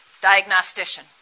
diagnostician